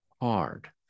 hard